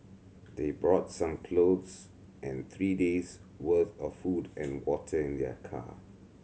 they brought some clothes and three days worth of food and water in their car